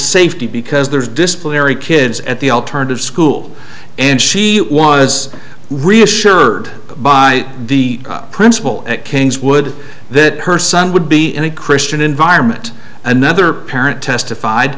safety because there's disciplinary kids at the alternative school and she was reassured by the principal at king's would that her son would be in a christian environment another parent testified